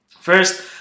first